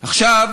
עכשיו